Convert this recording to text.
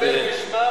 אאפשר.